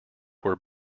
were